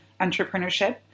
entrepreneurship